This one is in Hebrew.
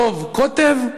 דב הקוטב,